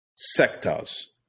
sectors